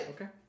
Okay